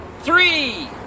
three